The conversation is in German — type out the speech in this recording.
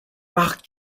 markt